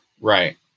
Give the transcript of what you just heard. Right